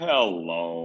Hello